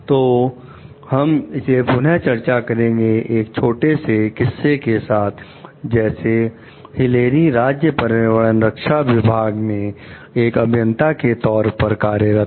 तो हम इसे पुनः चर्चा करेंगे एक छोटे से किसके साथ जैसे हिलेरी राज्य पर्यावरण रक्षा विभाग में एक अभियंता के तौर पर कार्यरत है